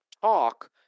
talk